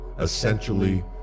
essentially